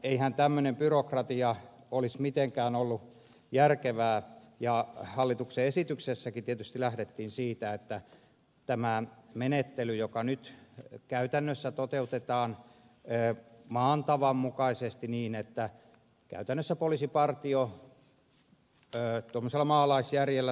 eihän tämmöinen byrokratia olisi mitenkään ollut järkevää ja hallituksen esityksessäkin tietysti lähdettiin siitä että tämä menettely nyt käytännössä toteutetaan maan tavan mukaisesti niin että käytännössä poliisipartio tuommoisella maalaisjärjellä toimii